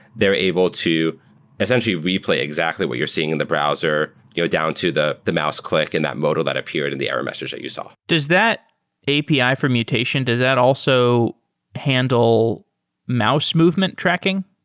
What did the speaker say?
they're able to essentially replay exactly what you're seeing in the browser. go down to the the mouse click and that modal that appeared in the error message that you saw. does that api for mutation, does that also handle mouse movement tracking?